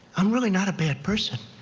i'm really not a bad person.